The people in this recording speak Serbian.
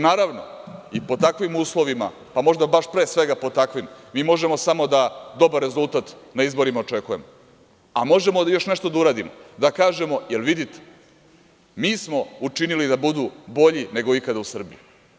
Naravno i pod takvim uslovima, pa možda baš, pre svega, pod takvim mi možemo samo da dobar rezultat na izborima očekujemo, a možemo još nešto da uradimo, da kažemo – jel vidite, mi smo učinili da budu bolji nego ikada u Srbiji.